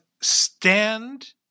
stand